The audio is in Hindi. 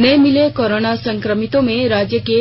नये मिले कोरोना संक्रमितों में रांची के